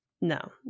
no